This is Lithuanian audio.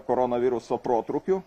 koronaviruso protrūkiu